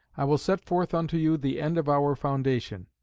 i will set forth unto you the end of our foundation.